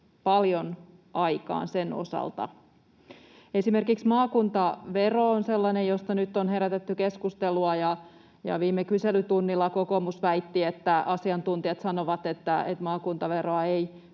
paljon aikaan sen osalta. Esimerkiksi maakuntavero on sellainen, josta nyt on herätetty keskustelua, ja viime kyselytunnilla kokoomus väitti, että asiantuntijat sanovat, että maakuntaveroa ei